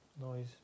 noise